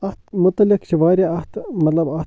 اَتھ مُتعلق چھِ واریاہ اَتھ مطلب اَتھ